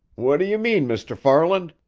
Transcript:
what do you mean, mr. farland?